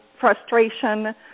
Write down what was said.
frustration